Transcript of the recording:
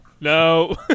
No